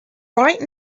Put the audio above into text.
right